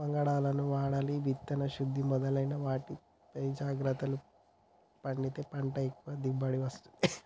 వంగడాలను వాడాలి విత్తన శుద్ధి మొదలైన వాటిపై జాగ్రత్త పడితే పంట ఎక్కువ దిగుబడి వస్తది